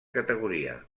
categoria